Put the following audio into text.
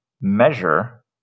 measure